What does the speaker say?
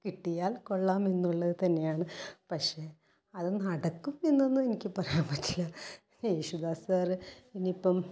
കിട്ടിയാൽ കൊള്ളാം എന്നുള്ളത് തന്നെയാണ് പക്ഷേ അത് നടക്കും എന്നൊന്നും എനിക്ക് പറയാൻ പറ്റില്ല യേശുദാസ് സാർ ഇനിയിപ്പം